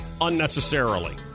unnecessarily